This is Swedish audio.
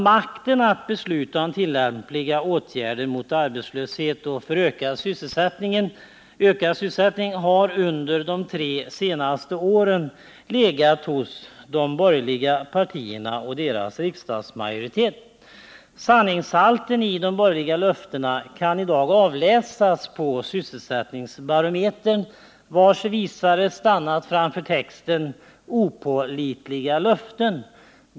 Makten att besluta om tillämpliga åtgärder mot arbetslöshet och för ökad sysselsättning har under de tre senaste åren legat hos de borgerliga partierna och deras riksdagsmajoritet. Sanningshalten i de borgerliga löftena kan i dag avläsas på sysselsättningsbarometern, vars visare stannat vid texten ”Opålitliga löften”.